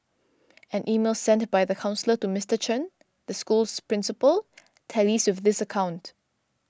an email sent by the counsellor to Mister Chen the school's principal tallies with this account